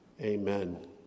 Amen